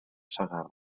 segarra